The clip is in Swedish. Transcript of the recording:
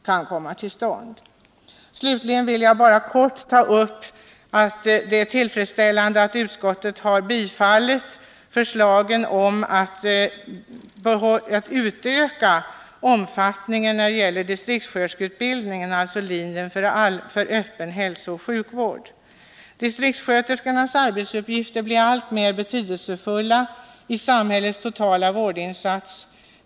Jag vill också helt kort ta upp det tillfredsställande förhållandet att utskottet har tillstyrkt förslagen om att utöka omfattningen av distriktssköterskeutbildningen, alltså linjen för öppen hälsooch sjukvård. Distriktssköterskornas arbetsuppgifter blir alltmer betydelsefulla i samhällets totala vårdinsats.